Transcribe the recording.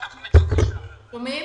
תודה.